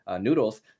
Noodles